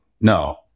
No